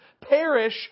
perish